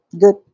good